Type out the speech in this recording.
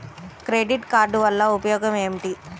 Credit card వల్ల ఉపయోగం ఏమిటీ?